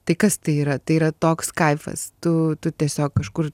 tai kas tai yra tai yra toks kaifas tu tu tiesiog kažkur